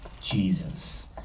jesus